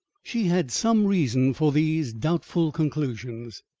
she had some reason for these doubtful conclusions.